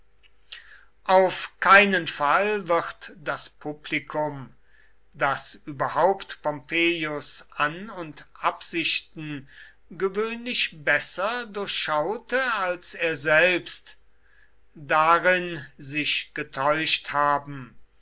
auf keinen fall wird das publikum das überhaupt pompeius an und absichten gewöhnlich besser durchschaute als er selbst darin sich getäuscht haben